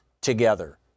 together